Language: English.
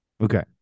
Okay